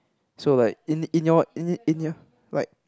so like in in your in in your like